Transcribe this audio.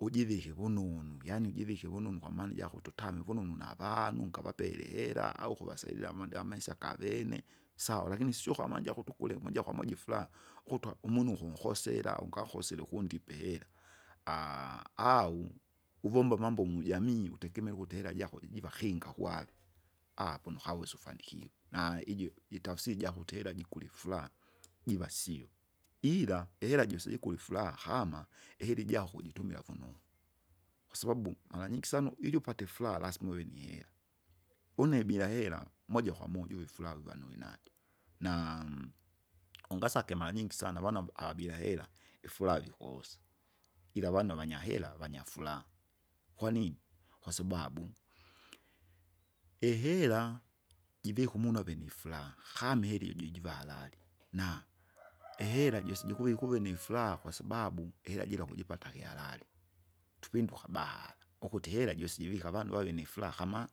ujivike kununu, yaani ujivike vununu kwamaana ijakututamwe vunonu navanu ngavapele ihera au kuvasaidira amade imaisa gavene, sawa likini sio kwamanja ukutu ukule moja kwamoja ifuraha. Kutwa umunu ukunkosera, ungakosire ukundipe ihera, au uvombe amambo mujamii, utegemere ukuti ihera jako jijiva kinga kwava. punukawesa ufanikiwe, na ijo jitafsiri jakuti ihera jikuli ifuraha, jiva sio, ila ihera jiwesa jikula ifuraha kama, ihera ijako kujitumila vunonu. Kwasababu maranyingi sana ili upate furaha lazima uve nihera, une bila hera moja kwamoja uve ifuraha wiwa nuwinajo, naamu ungasake maranyingi sana avana vu abila hera, ifura vikosa, ila avana vanyahea, vanyafuraha, kwanini? kwasababu, ihera! jivika umunu ave nifuraha, kama ihera ijo jiva harali, na, ihera jose jikuvika uve nifuraha kwasababu, ihera jira kujipata kiharali. Tupinduka bahara, ukuti ihera josi jivika avanu vave vave nifuraha kama.